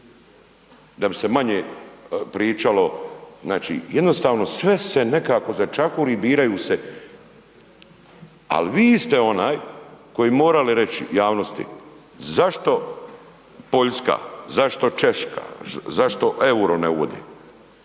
da bi se manje pričalo. Znači jednostavno sve se nekako začahuri, biraju se. Ali vi ste onaj koji mora reći javnosti zašto Poljska, zašto Češka, zašto EUR-o ne uvode?